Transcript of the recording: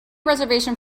reservation